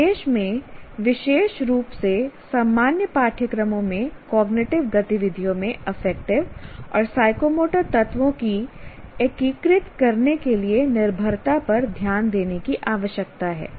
निर्देश में विशेष रूप से सामान्य पाठ्यक्रमों में कॉग्निटिव गतिविधियों में अफेक्टिव और साइकोमोटर तत्वों को एकीकृत करने के लिए निर्भरता पर ध्यान देने की आवश्यकता है